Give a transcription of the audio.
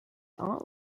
aunt